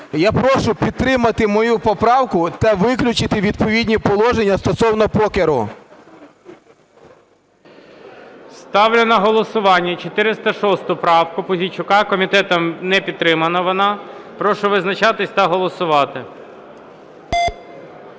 Я прошу підтримати мою поправку та виключити відповідні положення стосовно покеру. ГОЛОВУЮЧИЙ. Ставлю на голосування 406 правку Пузійчука, комітетом не підтримана вона. Прошу визначатися та голосувати.